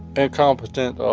and competent um